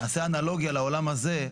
נעשה אנלוגיה לעולם הזה.